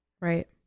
Right